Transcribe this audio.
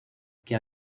que